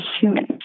humans